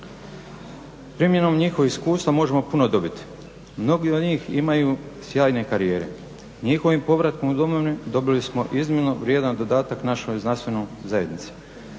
Primjenom njihovih iskustava možemo puno dobiti. Mnogi od njih imaju sjajne karijere. Njihovim povratkom u domovinu dobili smo iznimno vrijedan dodatak našoj znanstvenoj zajednici.